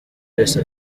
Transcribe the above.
wese